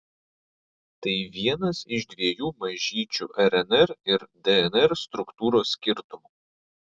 tai vienas iš dviejų mažyčių rnr ir dnr struktūros skirtumų